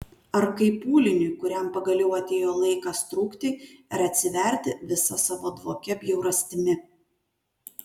ar kaip pūliniui kuriam pagaliau atėjo laikas trūkti ir atsiverti visa savo dvokia bjaurastimi